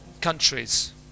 countries